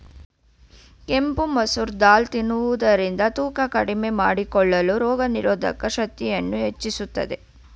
ಕೆಂಪು ಮಸೂರ್ ದಾಲ್ ತಿನ್ನೋದ್ರಿಂದ ತೂಕ ಕಡಿಮೆ ಮಾಡಿಕೊಳ್ಳಲು, ರೋಗನಿರೋಧಕ ಶಕ್ತಿಯನ್ನು ಹೆಚ್ಚಿಸುತ್ತದೆ